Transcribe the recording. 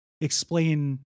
explain